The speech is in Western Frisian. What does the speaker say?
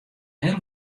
heel